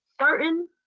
certain